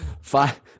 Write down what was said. Five